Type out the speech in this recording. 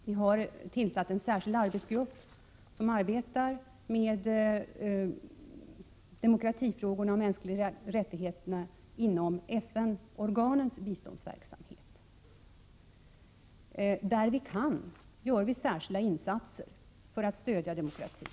Vi har tillsatt en särskild arbetsgrupp som arbetar med demokratifrågor och frågor om mänskliga rättigheter inom FN-organens biståndsverksamhet. Där vi kan, gör vi särskilda insatser för att stödja demokratin.